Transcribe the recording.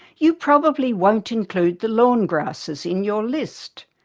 you probably won't include the lawn grasses in your list.